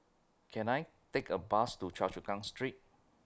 Can I Take A Bus to Choa Chu Kang Street